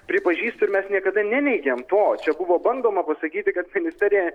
pripažįstu ir mes niekada neneigėm to čia buvo bandoma pasakyti kad ministerija